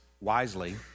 wisely